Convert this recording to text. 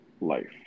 life